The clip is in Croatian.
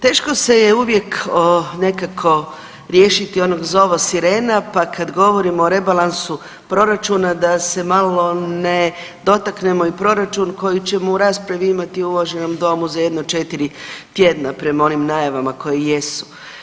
Teško se je uvijek nekako riješiti onog zova sirena, pa kad govorimo o rebalansu proračuna da se malo ne dotakne i proračun koji ćemo u raspravi imati u uvaženom Domu za jedno četiri tjedna prema onim najava koje jesu.